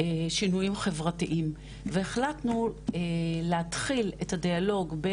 שינויים חברתיים והחלטנו להתחיל את הדיאלוג,